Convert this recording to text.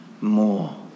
more